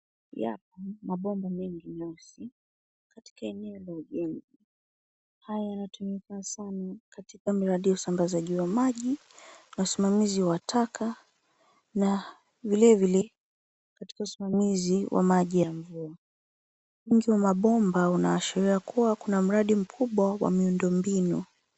Yapo mabomba mengi meusi katika eneo la ujenzi haya yanatumiaka sana katika mradi wa usambazaji wa maji na usimamizi wa taka na vile vile katika usimamizi wa maji ya mvua. Wingi wa mabomba unaashiria kuwa kuna mradi mkubwa wa miundo mbinu.